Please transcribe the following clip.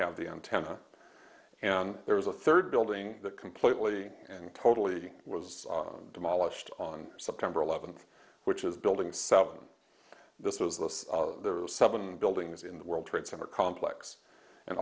have the antenna and there was a third building that completely and totally was demolished on september eleventh which is building seven this is this there are seven buildings in the world trade center complex and